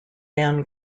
man